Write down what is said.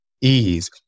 ease